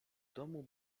domu